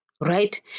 Right